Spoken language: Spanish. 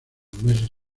meses